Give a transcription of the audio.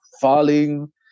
falling